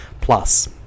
plus